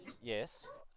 Yes